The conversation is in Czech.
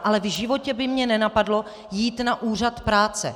Ale v životě by mě nenapadlo jít na úřad práce.